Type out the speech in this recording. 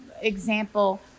example